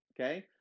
okay